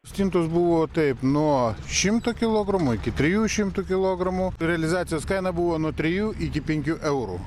stintos buvo taip nuo šimto kilogramų iki trijų šimtų kilogramų realizacijos kaina buvo nuo trijų iki penkių eurų